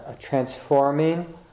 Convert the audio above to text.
transforming